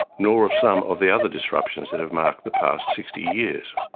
nor of some of the other disruptions that have marked the past sixty years.